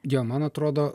jo man atrodo